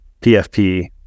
PFP